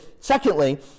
Secondly